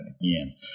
again